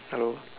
hello